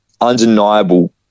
undeniable